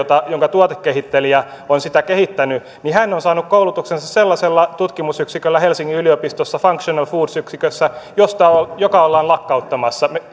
tuotekehittelijä joka on sitä kehittänyt on saanut koulutuksensa sellaisessa tutkimusyksikössä helsingin yliopistossa functional foods yksikössä joka ollaan lakkauttamassa